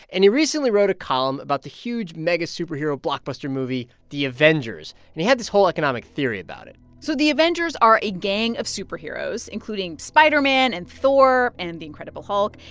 and he recently wrote a column about the huge mega superhero blockbuster movie the avengers. and he had this whole economic theory about it so the avengers are a gang of superheroes, including spider-man and thor and the incredible hulk.